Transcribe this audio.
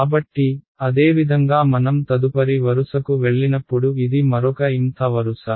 కాబట్టి అదేవిధంగా మనం తదుపరి వరుసకు వెళ్లినప్పుడు ఇది మరొక mth వరుస